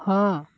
ହଁ